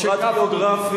כמעט קראתי לך משה גפני.